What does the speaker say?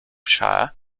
shire